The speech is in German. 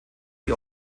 die